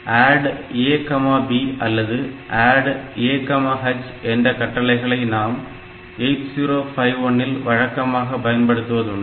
ADD AB அல்லது ADD AH என்ற கட்டளைகளை நாம் 8051 இல் வழக்கமாக பயன்படுத்துவதுண்டு